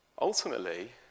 Ultimately